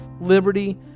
liberty